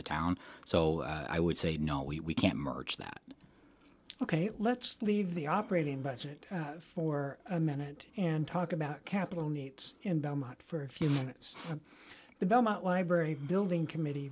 the town so i would say no we can't march that ok let's leave the operating budget for a minute and talk about capital needs in belmont for a few minutes the belmont library building committee